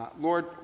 Lord